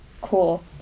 Cool